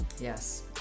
Yes